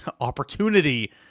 opportunity